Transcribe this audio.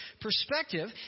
perspective